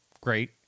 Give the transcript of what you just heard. Great